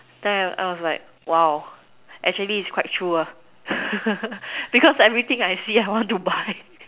then I I was like !wow! actually is quite true ah because everything I see I want to buy